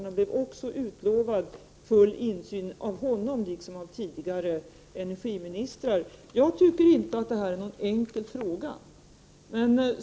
Jag blev lovad av honom, liksom av tidigare energiministrar, full insyn. Jag tycker inte att detta är en enkel fråga.